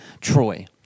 Troy